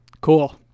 cool